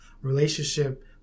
relationship